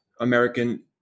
American